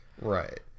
Right